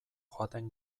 joaten